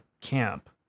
camp